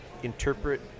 interpret